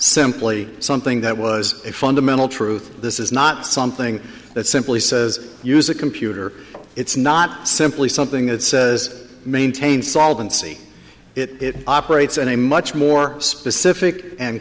simply something that was a fundamental truth this is not something that simply says use a computer it's not simply something that says maintain solvency it operates in a much more specific and